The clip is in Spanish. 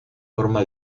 forma